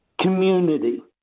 community